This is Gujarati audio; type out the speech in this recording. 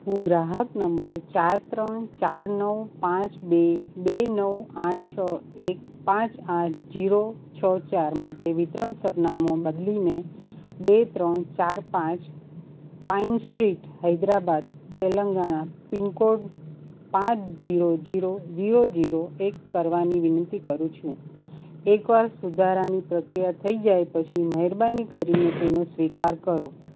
હું ગ્રાહક નંબર ચાર ત્રણ ચાર નવ પાંચ બે બે નવ આઠ છ એક પાંચ આઠ જીરો છ ચાર માટે વિતરણ સરનામું બદલીને બે ત્રણ ચાર પાંચ Pine Street Hyderabad Telangana pin code પાંચ જીરો જીરો જીરો જીરો એક કરવાની વિનંતી કરું છું એકવાર સુધારાની પ્રક્રિયા થઈ જાય પછી મહેરબાની કરીને તેનો સ્વીકાર કરો